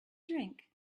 drink